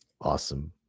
Awesome